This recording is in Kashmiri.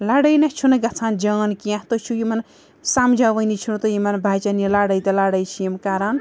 لَڑٲے نہ چھُنہٕ گَژھان جان کیٚنٛہہ تُہۍ چھُو یِمَن سَمجھاوٲنی چھُو نہٕ تُہۍ یِمَن بَچَن یہِ لَڑٲے تہِ لَڑٲے چھِ یِم کَران